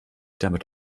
damit